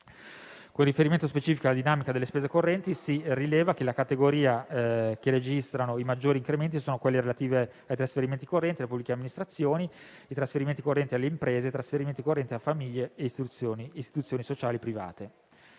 Con riferimento specifico alla dinamica delle spese correnti, si rileva che le categorie che registrano i maggiori incrementi sono quelle relative ai trasferimenti correnti alle pubbliche amministrazioni, ai trasferimenti correnti alle imprese, ai trasferimenti